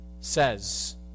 says